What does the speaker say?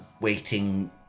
waiting